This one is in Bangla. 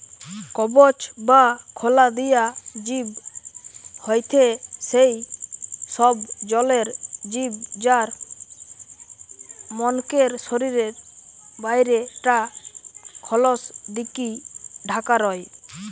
কবচ বা খলা দিয়া জিব হয়থে সেই সব জলের জিব যার মনকের শরীরের বাইরে টা খলস দিকি ঢাকা রয়